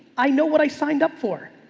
i know what i signed up for.